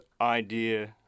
idea